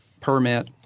permit